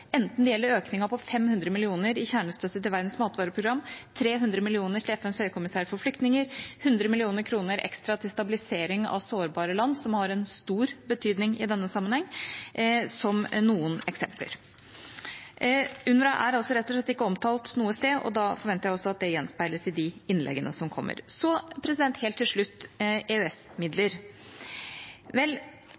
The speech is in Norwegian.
enten det gjelder økningen på 500 mill. kr i kjernestøtte til Verdens matvareprogram, 300 mill. kr til FNs høykommissær for flyktninger eller 100 mill. ekstra til stabilisering av sårbare land, som har en stor betydning i denne sammenheng, som noen eksempler. UNRWA er rett og slett ikke omtalt noe sted, og da forventer jeg også at det gjenspeiles i de innleggene som kommer. Helt til slutt: